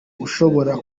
ushobora